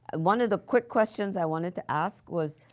one of the quick questions i wanted to ask was